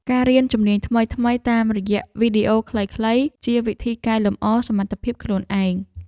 ការរៀនជំនាញថ្មីៗតាមរយៈវីដេអូខ្លីៗ ជាវិធីកែលម្អសមត្ថភាពខ្លួនឯង។